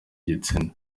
igitsina